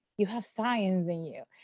you have science in you.